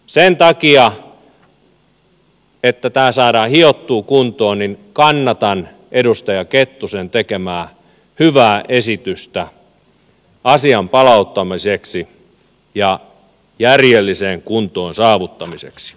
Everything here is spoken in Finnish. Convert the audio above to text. sen takia että tämä saadaan hiottua kuntoon kannatan edustaja kettusen tekemää hyvää esitystä asian palauttamiseksi ja järjelliseen kuntoon saavuttamiseksi